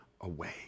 away